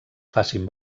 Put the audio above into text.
facin